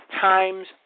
times